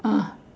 ah